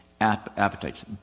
appetites